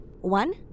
One